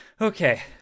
Okay